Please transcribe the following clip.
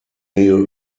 review